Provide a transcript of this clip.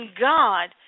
God